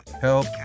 Help